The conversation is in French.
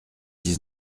dix